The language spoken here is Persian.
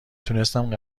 تونستم